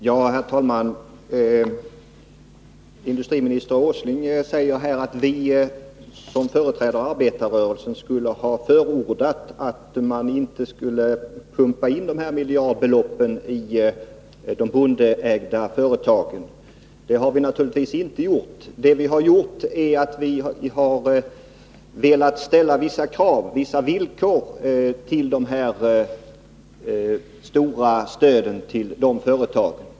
Herr talman! Industriminister Åsling säger att vi som företräder arbetarrörelsen skulle ha förordat att man inte borde ha pumpat in miljardbelopp i de bondeägda företagen. Så är det naturligtvis inte. Det vi har gjort är att vi har ställt vissa villkor för de stora stöden till dessa företag.